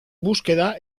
búsqueda